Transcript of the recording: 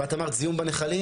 ואת אמרת זיהום בנחלים,